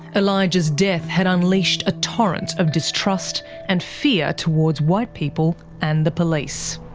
elijah's death had unleashed a torrent of distrust and fear towards white people and the police.